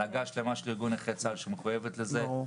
הנהגה שלמה של ארגון נכי צה"ל שמחויבת לזה.